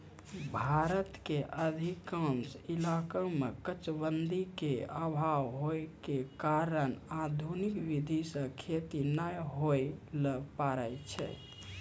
भारत के अधिकांश इलाका मॅ चकबंदी के अभाव होय के कारण आधुनिक विधी सॅ खेती नाय होय ल पारै छै